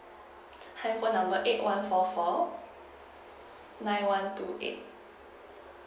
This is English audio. handphone number eight one four four nine one two eight